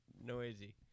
noisy